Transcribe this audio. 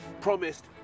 promised